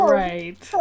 right